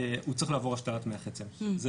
צריך לעבור השתלת מח עצם בגוגל טרנסלייט?